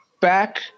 back